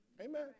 Amen